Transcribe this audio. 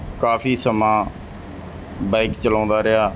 ਕਾਫੀ ਸਮਾਂ ਬਾਈਕ ਚਲਾਉਂਦਾ ਰਿਹਾ